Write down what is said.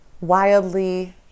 wildly